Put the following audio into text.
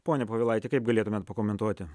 pone povilaitį kaip galėtumėt pakomentuoti